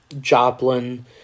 Joplin